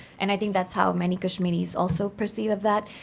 and i think that's how many kashmiris also perceive of that.